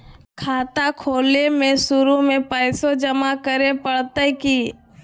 खाता खोले में शुरू में पैसो जमा करे पड़तई की?